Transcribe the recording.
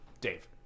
Dave